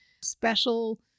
special